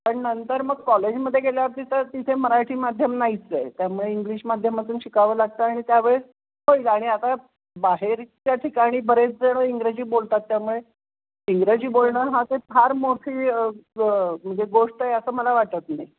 पण नंतर मग कॉलेजमध्ये गेल्यावरती तर तिथे मराठी माध्यम नाहीच आहे त्यामुळे इंग्लिश माध्यमातून शिकावं लागतं आणि त्यावेळेस पहिलं आणि आता बाहेरच्या ठिकाणी बरेच जणं इंग्रजी बोलतात त्यामुळे इंग्रजी बोलणं हा काही फार मोठी ब म्हणजे गोष्ट आहे असं मला वाटत नाही